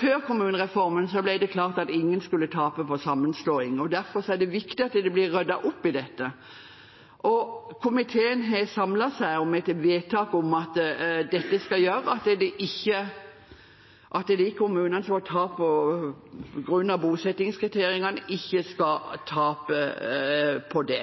Før kommunereformen ble det klart at ingen skulle tape på en sammenslåing. Derfor er det viktig at det blir ryddet opp i dette, og komiteen har samlet seg om et vedtak om at dette skal gjøre at de kommunene som får tap på grunn av bosettingskriteriene, ikke skal tape på det.